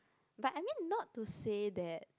but I mean not to say that